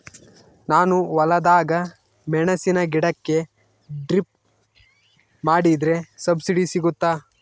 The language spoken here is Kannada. ನಾನು ಹೊಲದಾಗ ಮೆಣಸಿನ ಗಿಡಕ್ಕೆ ಡ್ರಿಪ್ ಮಾಡಿದ್ರೆ ಸಬ್ಸಿಡಿ ಸಿಗುತ್ತಾ?